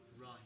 Right